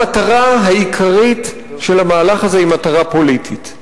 המטרה העיקרית של המהלך היא מטרה פוליטית.